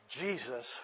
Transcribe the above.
Jesus